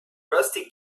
rusty